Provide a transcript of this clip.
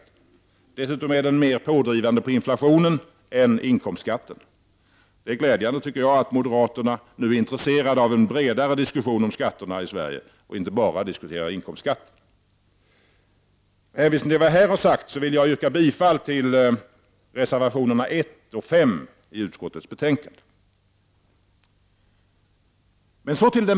Dessutom är den mer pådrivande på inflationen än inkomstskatten. Det är glädjande att moderaterna nu är intresserade av en bredare diskussion om skatterna i Sverige och inte bara diskuterar inkomstskatten. Med hänvisning till det jag sagt yrkar jag bifall till reservationerna 1 och 5 i utskottets betänkande.